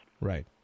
Right